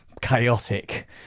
chaotic